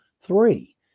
three